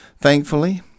Thankfully